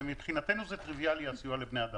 מבחינתנו זה טריוויאלי הסיוע לבני אדם,